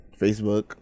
Facebook